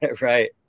Right